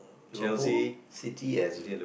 Liverpool City and